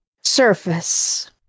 surface